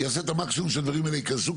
אעשה את המקסימום שהדברים האלה ייכנסו,